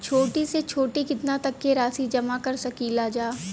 छोटी से छोटी कितना तक के राशि जमा कर सकीलाजा?